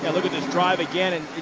yeah look at this drive again. and